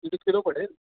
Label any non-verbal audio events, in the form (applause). (unintelligible) kilo पडेल